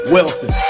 Wilson